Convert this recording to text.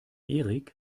erik